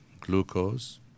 glucose